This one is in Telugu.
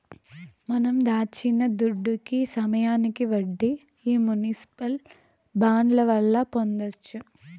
మనం దాచిన దుడ్డుకి సమయానికి వడ్డీ ఈ మునిసిపల్ బాండ్ల వల్ల పొందొచ్చు